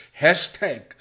hashtag